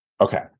Okay